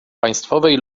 państwowej